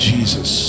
Jesus